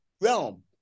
realm